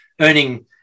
earning